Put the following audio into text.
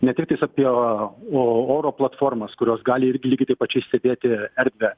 ne tiktais apie o oro platformas kurios gali irgi lygiai taip pačiai stebėti erdvę